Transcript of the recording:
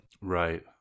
Right